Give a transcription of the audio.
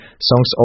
Songs